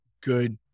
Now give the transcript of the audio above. good